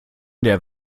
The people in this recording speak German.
der